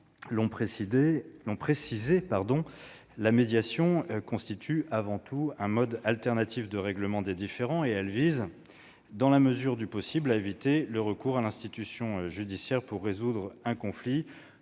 l'ont précisé, la médiation constitue avant tout un mode alternatif de règlement des différends. Elle vise, dans la mesure du possible, à éviter le recours à l'institution judiciaire pour résoudre un conflit.